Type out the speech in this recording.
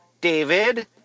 David